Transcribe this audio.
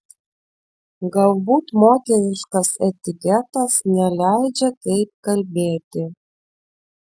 galbūt moteriškas etiketas neleidžia taip kalbėti